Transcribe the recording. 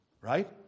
right